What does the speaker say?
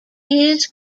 his